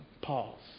Pause